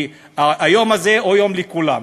כי היום הזה הוא יום לכולם.